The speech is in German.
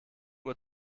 uhr